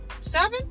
Seven